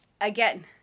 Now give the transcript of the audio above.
again